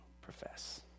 profess